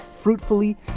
fruitfully